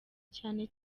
cyane